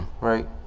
Right